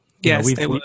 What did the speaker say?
yes